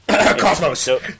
Cosmos